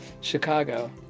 Chicago